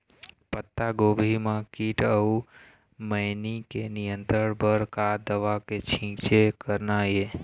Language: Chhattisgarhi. पत्तागोभी म कीट अऊ मैनी के नियंत्रण बर का दवा के छींचे करना ये?